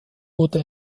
wurde